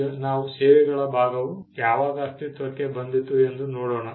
ಈಗ ನಾವು ಸೇವೆಗಳ ಭಾಗವು ಯಾವಾಗ ಅಸ್ತಿತ್ವಕ್ಕೆ ಬಂದಿತು ಎಂದು ನೋಡೋಣ